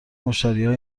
مشتریها